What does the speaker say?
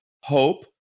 hope